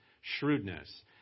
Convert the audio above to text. shrewdness